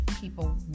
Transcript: people